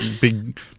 big